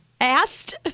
Asked